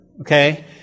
okay